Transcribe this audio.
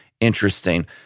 interesting